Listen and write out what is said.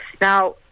Now